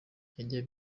byajya